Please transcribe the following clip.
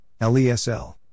LESL